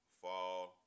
fall